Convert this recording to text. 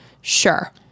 Sure